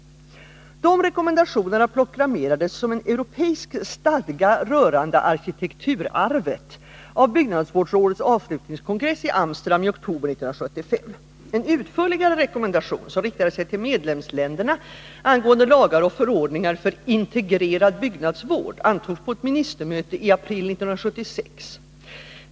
Dessa rekommendationer proklamerades av byggnadsvårdsårets avslutningskongress i Amsterdam i oktober 1975 som en europeisk stadga rörande arkitekturarvet. En utförligare rekommendation, som riktade sig till medlemsländerna, angående lagar och förordningar för ”integrerad byggnadsvård” antogs på ett ministermöte i april 1976.